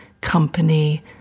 company